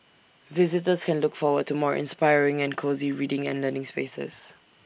visitors can look forward to more inspiring and cosy reading and learning spaces